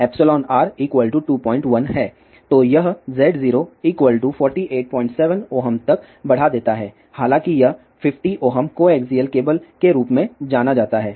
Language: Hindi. तो यह Z0 487 Ω तक बढ़ा देता है हालांकि यह 50 Ω कोएक्सियल केबल के रूप में जाना जाता है